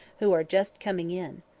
who are just coming in.